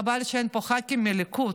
חבל שאין פה ח"כים מהליכוד,